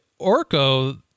Orko